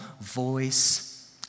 voice